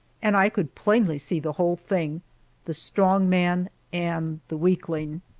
and i could plainly see the whole thing the strong man and the weakling.